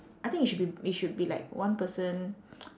I think it should be it should be like one person